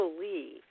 believe